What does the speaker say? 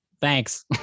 thanks